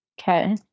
Okay